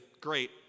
great